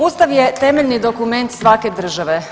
Ustav je temeljni dokument svake države.